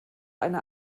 eine